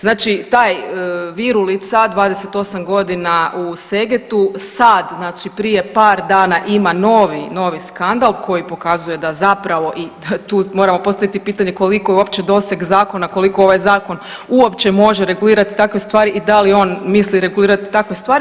Znači taj Virulica 28 godina u Segetu, sad znači prije par dana ima novi, novi skandal koji pokazuje da zapravo i tu moramo postaviti pitanje koliko je uopće doseg zakona, koliko ovaj zakon uopće može regulirati takve stvari i da li on misli regulirati takve stvari.